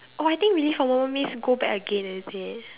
oh I think relive a moment means can go back again is it